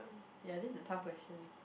ya this is a tough question